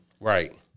Right